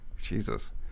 Jesus